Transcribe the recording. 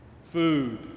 food